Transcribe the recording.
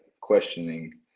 questioning